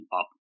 up